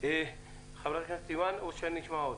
חברת הכנסת אימאן, בבקשה.